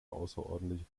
außerordentliche